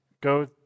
go